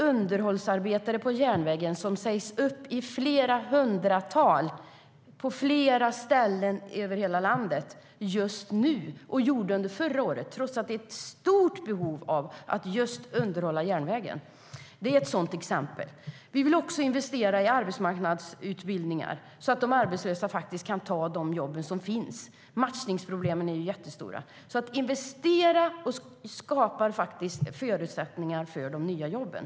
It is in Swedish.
Underhållsarbetare på järnvägen sägs just nu upp i hundratal på flera ställen över hela landet - så var det också under förra året - trots att det finns ett stort behov av att underhålla järnvägen. Vi vill också investera i arbetsmarknadsutbildningar, så att de arbetslösa faktiskt kan ta de jobb som finns. Matchningsproblemen är jättestora. Investeringar skapar faktiskt förutsättningar för de nya jobben.